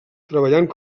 treballant